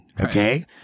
Okay